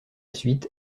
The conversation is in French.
suite